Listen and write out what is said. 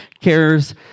cares